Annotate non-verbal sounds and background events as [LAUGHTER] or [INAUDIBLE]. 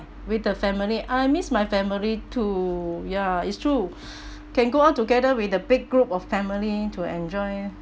with the family I miss my family too ya it's true [BREATH] can go out together with the big group of family to enjoy